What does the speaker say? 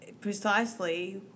precisely